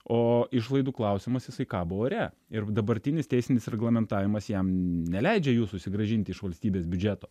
o išlaidų klausimas jisai kabo ore ir dabartinis teisinis reglamentavimas jam neleidžia jų susigrąžinti iš valstybės biudžeto